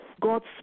God's